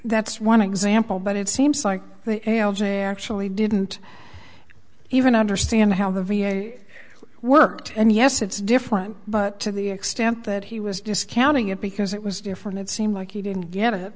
that's one example but it seems like a actually didn't even understand how the v a worked and yes it's different but to the extent that he was discounting it because it was different it seemed like he didn't get it